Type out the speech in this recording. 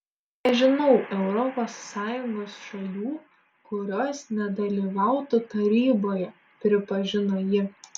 nežinau europos sąjungos šalių kurios nedalyvautų taryboje pripažino ji